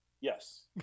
Yes